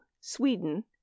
Sweden